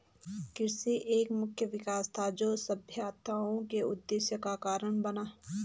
कृषि एक मुख्य विकास था, जो सभ्यताओं के उदय का कारण बना